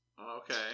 Okay